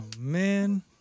man